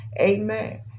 amen